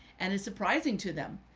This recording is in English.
and it's surprising to them.